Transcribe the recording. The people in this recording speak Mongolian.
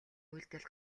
үйлдэл